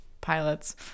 pilots